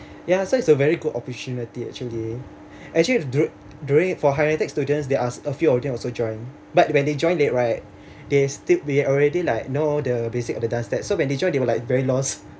ya so it's a very good opportunity actually actually during during for higher intake students they asked a few of them also join but when they joined late right they still we already like know the basic of the dance step so when they join they were like very lost